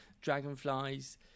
dragonflies